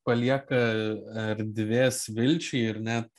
palieka erdvės vilčiai ir net